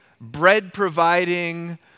bread-providing